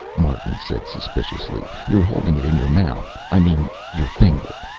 martin said suspiciously. you're holding it in your mouth i mean your finger.